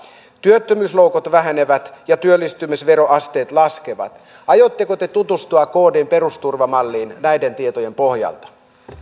työttömyysloukut vähenevät ja työllistymisveroasteet laskevat aiotteko te tutustua kdn perusturvamalliin näiden tietojen pohjalta